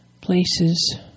places